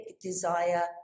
desire